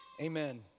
amen